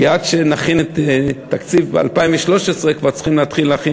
כי עד שנכין את תקציב 2013 כבר צריכים להתחיל להכין